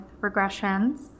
regressions